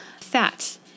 fat